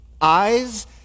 eyes